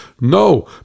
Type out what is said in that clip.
no